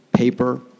paper